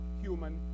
human